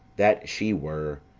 that she were,